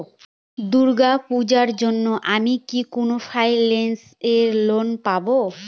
দূর্গা পূজোর জন্য আমি কি কোন ফাইন্যান্স এ লোন পাবো?